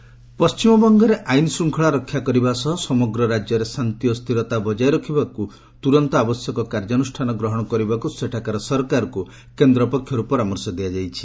ସେଶ୍ଚର West Bengal ପଶ୍ଚିମବଙ୍ଗରେ ଆଇନ୍ ଶୃଙ୍ଖଳା ରକ୍ଷା କରିବା ସହ ସମଗ୍ର ରାଜ୍ୟରେ ଶାନ୍ତି ଓ ସ୍ଥିରତା ବଜାୟ ରଖିବାକୁ ତୁରନ୍ତ ଆବଶ୍ୟକ କାର୍ଯ୍ୟାନୁଷ୍ଠାନ ଗ୍ରହଣ କରିବାକୁ ସେଠାକାର ସରକାରଙ୍କୁ କେନ୍ଦ୍ର ପକ୍ଷରୁ ପରାମର୍ଶ ଦିଆଯାଇଛି